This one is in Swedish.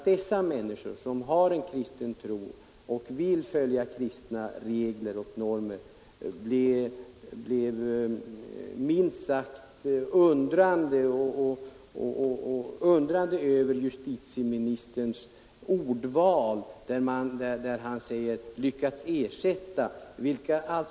Men de människor som har en kristen tro och vill följa kristna normer ställer sig säkerligen minst sagt undrande över justitieministerns ordval då han säger ”lyckats ersätta”.